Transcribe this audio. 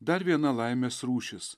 dar viena laimės rūšis